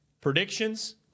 predictions